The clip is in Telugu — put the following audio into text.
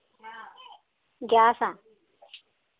గ్యాసా